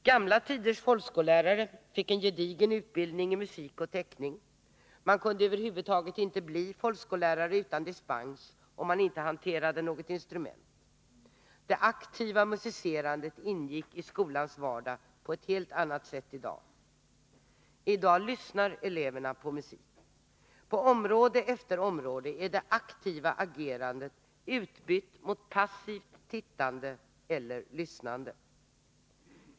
Gamla tiders folkskollärare fick en gedigen utbildning i musik och teckning. Man kunde om man inte hanterade något instrument över huvud taget inte bli folkskollärare utan dispens. Det aktiva musicerandet ingick i skolans vardag på ett helt annat sätt än i dag. Nu för tiden lyssnar eleverna på musik. På område efter område är det aktiva agerandet utbytt mot passivt tittande eller lyssnande.